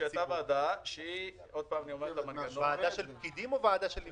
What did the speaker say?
ועדה של פקידים או של נבחרי ציבור?